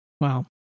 Wow